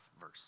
verse